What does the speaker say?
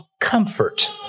comfort